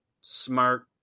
smart